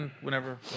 whenever